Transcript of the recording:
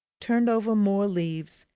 turned over more leaves,